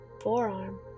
forearm